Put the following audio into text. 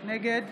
נגד